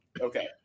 Okay